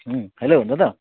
হুম hello দাদা